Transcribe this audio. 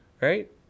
right